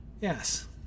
Yes